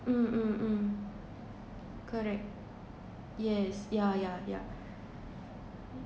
um um um correct yes yeah yeah yeah